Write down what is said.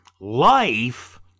Life